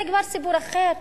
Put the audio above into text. זה כבר סיפור אחר.